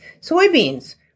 Soybeans